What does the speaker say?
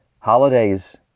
Holidays